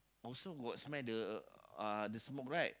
also got smell the uh the smoke right